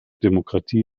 demokratie